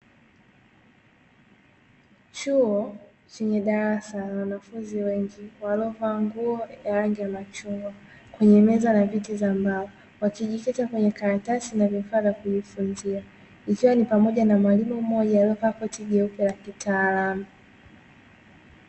Chuo chenye darasa la wanafunzi wengi wanaovaa nguo ya rangi ya machungwa kwenye meza na viti za mbao wakijikita kwenye karatasi na vifaa vya kujifunzia, ikiwa ni pamoja mwalimu mmoja aliyevaa koti jeupe la kitaalamu.